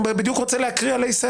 אני בדיוק רוצה להקריא עלי ספר.